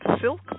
Silk